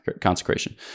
consecration